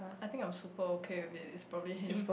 I think I'm super okay with it it's probably him